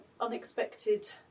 unexpected